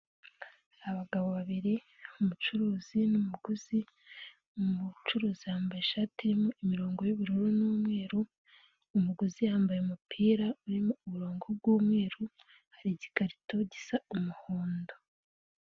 Abagabo babiri umucuruzi n'umuguzi, umucuruzi yambaye ishati irimo imirongo y'ubururu n'umweru, umuguzi yambaye umupira urimo uburongo bw'umweru, hari igikarito gisa umuhondo.